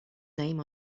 name